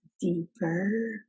deeper